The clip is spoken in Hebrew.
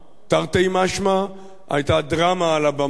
תרתי משמע: היתה דרמה על הבמה,